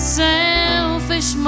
selfish